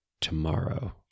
tomorrow